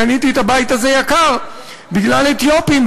קניתי את הבית הזה ביוקר בגלל אתיופים.